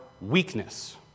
weakness